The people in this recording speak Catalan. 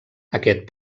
aquest